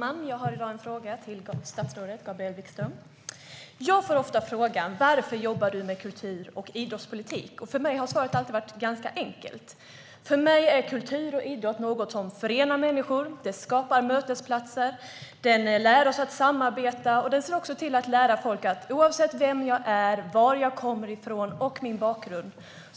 Herr talman! Jag har en fråga till statsrådet Gabriel Wikström. Jag får ofta frågan: Varför jobbar du med kultur och idrottspolitik? Svaret har alltid varit ganska enkelt. För mig är kultur och idrott något som förenar människor. Det skapar mötesplatser och lär oss att samarbeta. Det lär också folk att alla - oavsett vem jag är, var jag kommer ifrån och vilken bakgrund